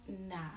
Nah